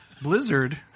Blizzard